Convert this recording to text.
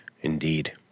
Indeed